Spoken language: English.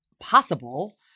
possible